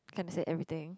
can't say everything